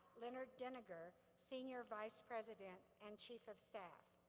leonard dinegar, senior vice president and chief of staff.